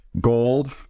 gold